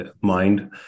mind